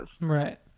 Right